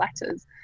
letters